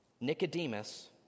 Nicodemus